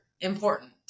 important